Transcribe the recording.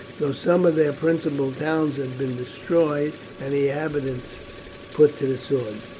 though some of their principal towns had been destroyed and the inhabitants put to the sword.